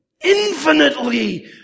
infinitely